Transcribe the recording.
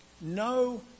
No